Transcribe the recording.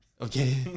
Okay